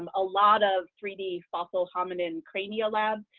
um a lot of three d fossil hominin cranial labs.